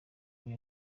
kuri